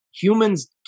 humans